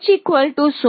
h 0